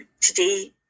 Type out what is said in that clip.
today